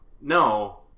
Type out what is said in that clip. No